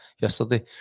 yesterday